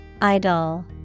Idol